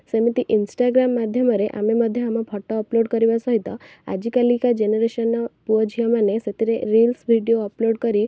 ସେମିତି ଇନ୍ଷ୍ଟାଗ୍ରାମ ମାଧ୍ୟମରେ ଆମେ ମଧ୍ୟ ଆମ ଫଟୋ ଅପଲୋଡ଼୍ କରିବା ସହିତ ଆଜିକାଲିକା ଜେନେରେସନ୍ର ପୁଅ ଝିଅମାନେ ସେଥିରେ ରିଲ୍ସ୍ ଭିଡ଼ିଓ ଅପଲୋଡ଼୍ କରି